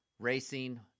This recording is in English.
racing